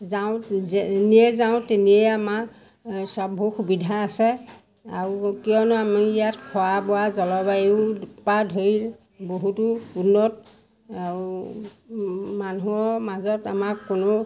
যাওঁ যেনিয়ে যাওঁ তেনিয়ে আমাৰ এ সববোৰ সুবিধা আছে আৰু কিয়নো আমি ইয়াত খোৱা বোৱা জলবায়ুৰ পৰা ধৰি বহুতো উন্নত আৰু মানুহৰ মাজত আমাক কোনো